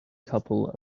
couple